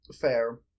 Fair